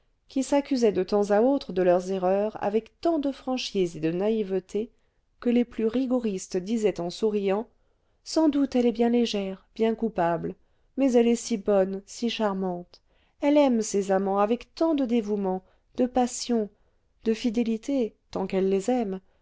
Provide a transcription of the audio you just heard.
qui s'accusaient de temps à autre de leurs erreurs avec tant de franchise et de naïveté que les plus rigoristes disaient en souriant sans doute elle est bien légère bien coupable mais elle est si bonne si charmante elle aime ses amants avec tant de dévouement de passion de fidélité tant qu'elle les aime